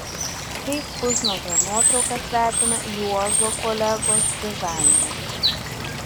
kaip pusnuogio nuotraukas vertina juozo kolegos dizaineriai